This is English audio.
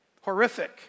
Horrific